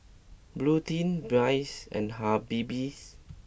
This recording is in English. Bluedio Bias and Habibie